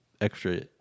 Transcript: extra